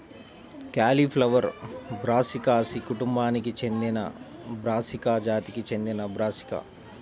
cauliflower బ్రాసికాసి కుటుంబానికి చెందినబ్రాసికా జాతికి చెందినబ్రాసికా